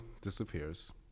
disappears